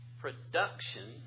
production